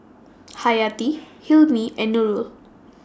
Haryati Hilmi and Nurul